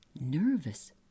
nervous